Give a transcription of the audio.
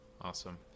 Awesome